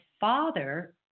father